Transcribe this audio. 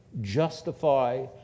justify